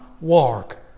walk